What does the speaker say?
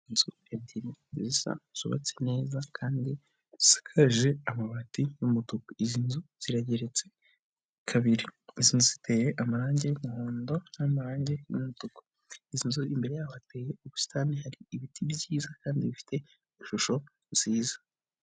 Inzu ebyiri zisa, zubatse neza kandi zisakaje amabati y'umutuku, izi nzu zirageretse kabiri, izi nzu ziteye amarange y'umuhondo n'amarange y'umutuku, izi nzu imbere yaho hateye ubusitani, hari ibiti byiza kandi bifite ishusho nziza.